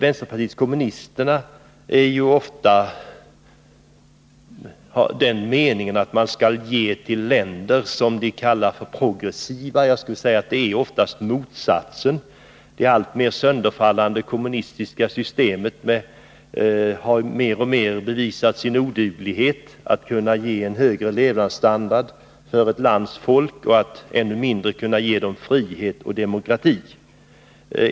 Vänsterpartiet kommunisterna är ju ofta av den meningen att man skall ge biståndet till länder som de kallar för progressiva. Jag skulle dock vilja säga att dessa länder oftast är motsatsen till progressiva. Det alltmer sönderfallande kommunistiska systemet har mer och mer bevisat sin oduglighet att kunna ge högre levnadsstandard åt ett lands folk, än mindre att kunna ge människorna frihet och demokrati.